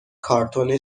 کارتن